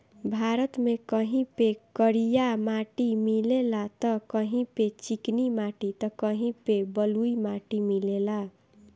भारत में कहीं पे करिया माटी मिलेला त कहीं पे चिकनी माटी त कहीं पे बलुई माटी मिलेला